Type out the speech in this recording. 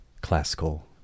classical